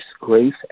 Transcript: grace